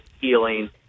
healing